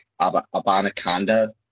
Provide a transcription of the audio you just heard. Abanaconda